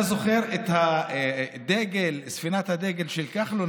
אתה זוכר את ספינת הדגל של כחלון,